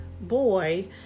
boy